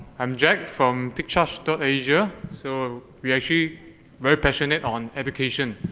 i'm jack from charge dot asia, so, we actually very passionate on education.